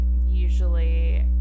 usually